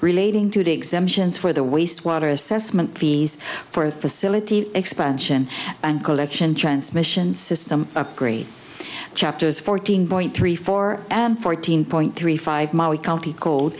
relating to the exemptions for the waste water assessment fees for the realty expansion and collection transmission system upgrade chapters fourteen point three four and fourteen point three five